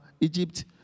Egypt